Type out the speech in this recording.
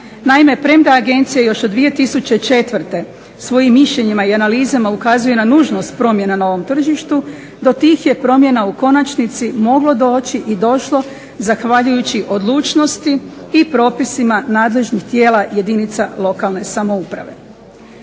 Naime, premda agencija još od 2004. svojim mišljenjima i analizama ukazuje na nužnost promjena na ovom tržištu do tih je promjena u konačnici moglo doći i došlo zahvaljujući odlučnosti i propisima nadležnih tijela jedinica lokalne samouprave.